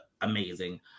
amazing